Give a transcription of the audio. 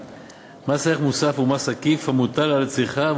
מס ערך מוסף הוא מס עקיף המוטל על הצריכה,